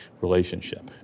relationship